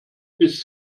bis